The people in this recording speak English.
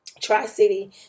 Tri-City